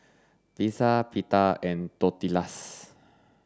Pizza Pita and Tortillas